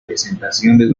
presentaciones